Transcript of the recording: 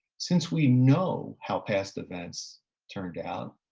since we know how past events turned out,